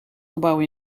gebouw